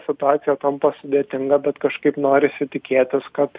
situacija tampa sudėtinga bet kažkaip norisi tikėtis kad